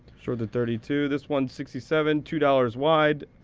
short the thirty two. this one's sixty seven. two dollars wide.